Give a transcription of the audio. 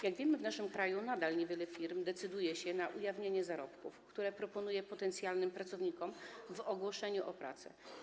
Jak wiemy, w naszym kraju nadal niewiele firm decyduje się na ujawnienie zarobków, które proponuje potencjalnym pracownikom w ogłoszeniu o pracę.